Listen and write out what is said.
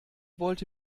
wollte